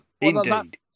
Indeed